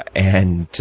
and